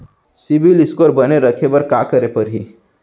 CIBIL score बने रखे बर का करे पड़ही?